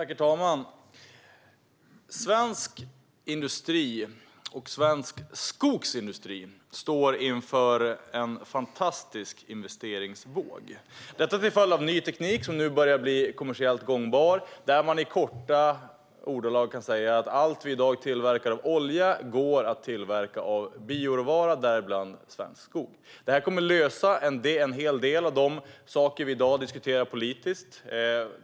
Herr talman! Svensk industri och svensk skogsindustri står inför en fantastisk investeringsvåg - detta till följd av ny teknik som nu börjar bli kommersiellt gångbar. Man kan i korta ordalag säga att allt vi i dag tillverkar av olja går att tillverka av bioråvara, däribland svensk skog. Det här kommer att lösa en hel del av det vi i dag diskuterar politiskt.